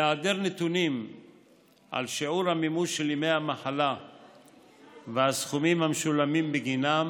בהיעדר נתונים על שיעור המימוש של ימי המחלה ועל הסכומים המשולמים בגינם